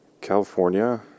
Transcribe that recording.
California